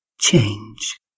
change